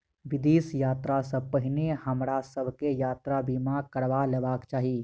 विदेश यात्रा सॅ पहिने हमरा सभ के यात्रा बीमा करबा लेबाक चाही